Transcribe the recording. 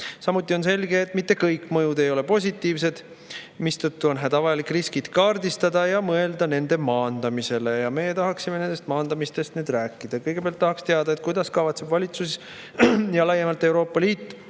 Samuti on selge, et mitte kõik mõjud ei ole positiivsed, mistõttu on hädavajalik riskid kaardistada ja mõelda nende maandamisele.Me tahaksime sellest maandamisest nüüd rääkida. Kõigepealt tahaks teada, kuidas kavatseb valitsus ja laiemalt Euroopa Liit